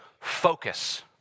focus